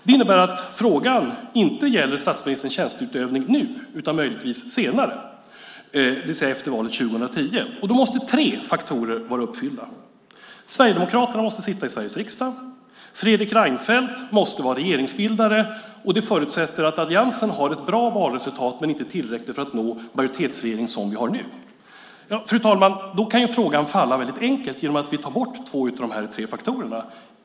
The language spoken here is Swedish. Det innebär att frågan inte gäller statsministerns tjänsteutövning nu utan möjligtvis senare, det vill säga efter valet 2010. Då måste tre faktorer vara uppfyllda. Sverigedemokraterna måste sitta i Sveriges riksdag. Fredrik Reinfeldt måste vara regeringsbildare, och det förutsätter att alliansen har ett bra valresultat men inte tillräckligt för att nå majoritetsregering som vi har nu. Fru talman! Då kan frågan falla väldigt enkelt genom att vi tar bort två av de här tre faktorerna.